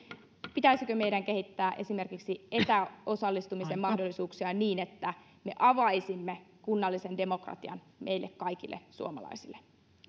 pitäisikö meidän kehittää esimerkiksi etäosallistumisen mahdollisuuksia niin että avaisimme kunnallisen demokratian meille kaikille suomalaisille